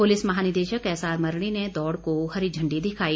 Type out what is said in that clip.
police महानिदेशक S R Mardi ने दौड़ को हरी झंडी दिखाई